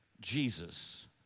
Jesus